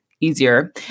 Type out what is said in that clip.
easier